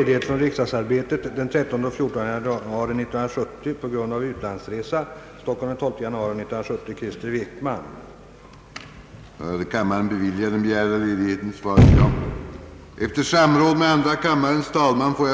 15.30. En utrikesoch handelspolitisk debatt kommer att